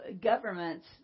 governments